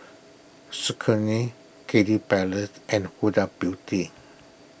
Saucony Kiddy Palace and Huda Beauty